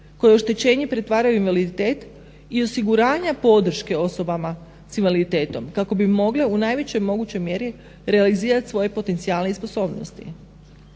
koje oštećenje pretvara u invaliditet i osiguranja podrške osobama s invaliditetom kako bi mogle u najvećoj mogućoj mjeri realizira svoje potencijale i sposobnosti.